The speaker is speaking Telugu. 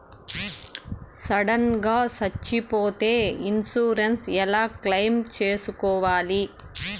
సడన్ గా సచ్చిపోతే ఇన్సూరెన్సు ఎలా క్లెయిమ్ సేసుకోవాలి?